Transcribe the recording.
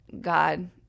God